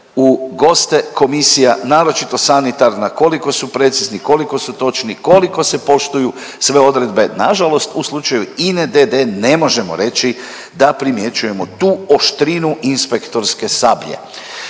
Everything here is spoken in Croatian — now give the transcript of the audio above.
u goste komisija, naročito sanitarna koliko su precizni, koliko su točni, koliko se poštuju sve odredbe. Na žalost u slučaju INA-e d.d. ne možemo reći da primjećujemo tu oštrinu inspektorske sablje.